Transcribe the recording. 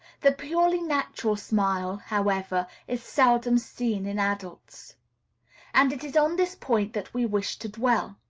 the purely natural smile, however, is seldom seen in adults and it is on this point that we wish to dwell.